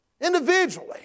Individually